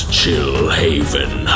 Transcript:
Chillhaven